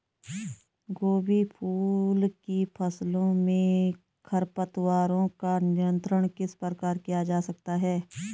गोभी फूल की फसलों में खरपतवारों का नियंत्रण किस प्रकार किया जा सकता है?